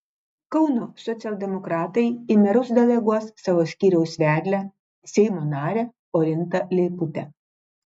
kauno socialdemokratai į merus deleguos savo skyriaus vedlę seimo narę orintą leiputę